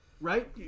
Right